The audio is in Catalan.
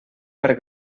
per